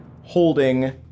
holding